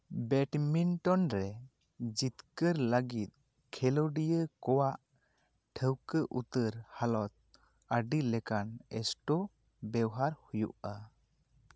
badminton ᱨᱮ ᱡᱤᱛᱠᱟᱹᱨ ᱞᱟᱹᱜᱤᱫ ᱠᱷᱮᱞᱳᱰᱤᱭᱟᱹ ᱠᱚᱣᱟᱜ ᱴᱷᱟᱹᱣᱠᱟᱹ ᱩᱛᱟᱹᱨ ᱦᱟᱞᱚᱛ ᱟᱰᱤ ᱞᱮᱠᱟᱱ ᱮᱥᱴᱤᱭᱩᱴ ᱵᱮᱣᱦᱟᱨ ᱦᱩᱭᱩᱜᱼᱟ